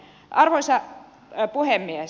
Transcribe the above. arvoisa puhemies